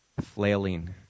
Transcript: flailing